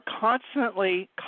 constantly